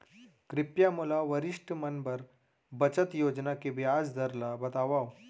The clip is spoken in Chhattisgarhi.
कृपया मोला वरिष्ठ मन बर बचत योजना के ब्याज दर ला बतावव